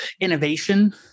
innovation